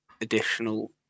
additional